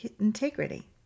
integrity